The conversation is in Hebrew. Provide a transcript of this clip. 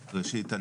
ראשית,